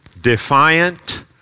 defiant